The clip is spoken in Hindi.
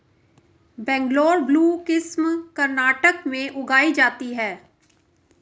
बंगलौर ब्लू किस्म कर्नाटक में उगाई जाती है